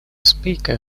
speaker